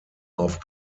auf